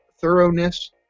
thoroughness